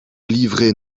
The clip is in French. livrée